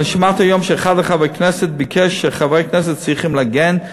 ואני שמעתי היום שאחד מחברי הכנסת ביקש שחברי הכנסת צריכים להגן,